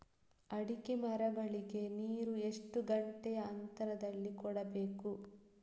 ಅಡಿಕೆ ಮರಗಳಿಗೆ ನೀರು ಎಷ್ಟು ಗಂಟೆಯ ಅಂತರದಲಿ ಕೊಡಬೇಕು?